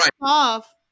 off